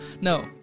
No